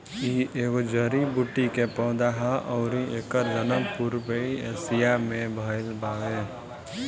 इ एगो जड़ी बूटी के पौधा हा अउरी एकर जनम पूर्वी एशिया में भयल बावे